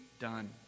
done